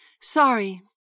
Sorry